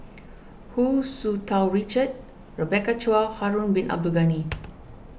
Hu Tsu Tau Richard Rebecca Chua Harun Bin Abdul Ghani